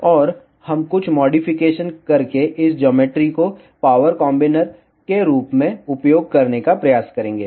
और हम कुछ मॉडिफिकेशन करके इस ज्योमेट्री को पावर कॉम्बिनर के रूप में उपयोग करने का प्रयास करेंगे